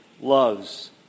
loves